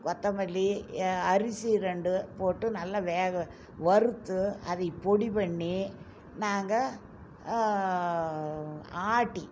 கொத்தமல்லி அரிசி ரெண்டு போட்டு நல்லா வேக வறுத்து அதை பொடி பண்ணி நாங்கள் ஆட்டி